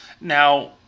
Now